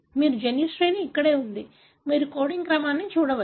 మీ జన్యు శ్రేణి ఇక్కడే ఉంది మీరు కోడింగ్ క్రమాన్ని చూడవచ్చు